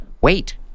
wait